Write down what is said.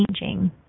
changing